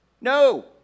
No